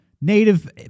native